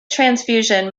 transfusion